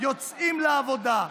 יוצאים לעבודה,